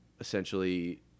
essentially